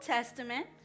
Testament